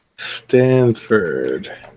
Stanford